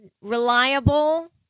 reliable